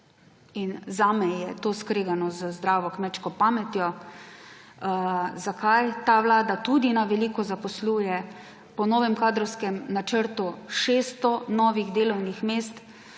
in zame je to skregano z zdravo kmečko pametjo. Zakaj? Ta vlada tudi na veliko zaposluje, po novem kadrovskem načrtu 600 novih delovnih mest.